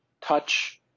touch –